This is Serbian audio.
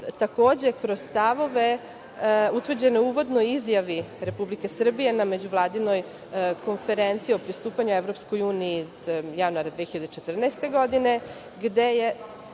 cenimo kroz stavove utvrđene u uvodnoj izjavi Republike Srbije na međuvladinoj konferenciji o pristupanju EU iz januara 2014. godine gde je